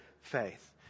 faith